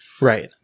Right